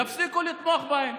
יפסיקו לתמוך בהם,